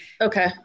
okay